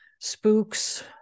Spooks